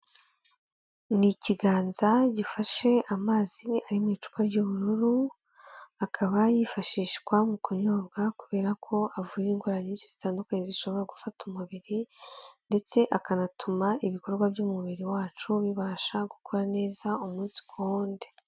Ni ikiganza gifashe amazi ari mu icupa ry'ubururu, akaba yifashishwa mu kunyobwa kubera ko avura indwara nyinshi zitandukanye zishobora gufata umubiri ndetse akanatuma ibikorwa by'umubiri wacu bibasha gukora neza umunsi ku wundi.